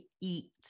eat